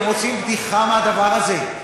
אתם עושים בדיחה מהדבר הזה.